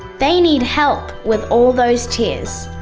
they need help with all those tears.